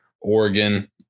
Oregon